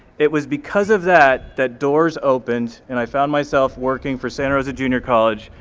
it was because of that that doors opened and i found myself working for santa rosa junior college,